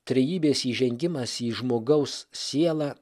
trejybės įžengimas į žmogaus sielą